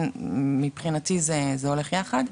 מבחינתי זה הולך יחד.